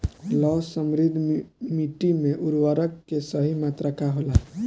लौह समृद्ध मिट्टी में उर्वरक के सही मात्रा का होला?